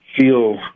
feel